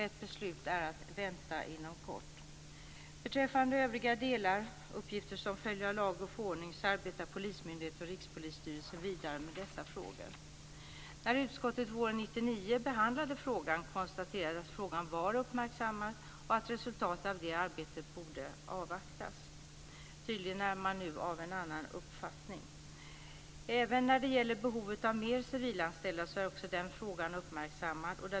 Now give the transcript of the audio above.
Ett beslut är att vänta inom kort. Övriga delar, uppgifter som följer av lag och förordning, är frågor som polismyndighet och Rikspolisstyrelsen arbetar vidare med. När utskottet våren 1999 behandlade frågan konstaterades att frågan var uppmärksammad och att resultatet av arbetet med den borde avvaktas. Tydligen är man nu av en annan uppfattning. Även frågan om behovet av fler civilanställda är uppmärksammad.